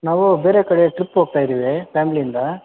ನಾವು ಬೇರೆ ಕಡೆ ಟ್ರಿಪ್ ಹೋಗ್ತಾ ಇದ್ದೀವಿ ಫ್ಯಾಮಿಲಿಯಿಂದ